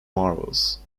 marvels